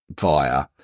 via